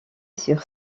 sur